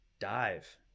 dive